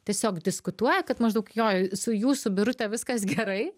tiesiog diskutuoja kad maždaug jo su jūsų birute viskas gerai